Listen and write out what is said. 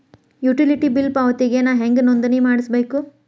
Utility bill ಪಾವತಿಗೆ ನಾ ಹೆಂಗ್ ನೋಂದಣಿ ಮಾಡ್ಸಬೇಕು?